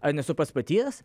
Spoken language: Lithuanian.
ar nesu pats patyręs